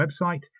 website